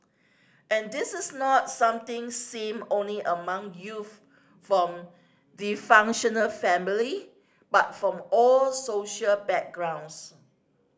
and this is not something seen only among youth from dysfunctional family but from all social backgrounds